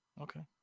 okay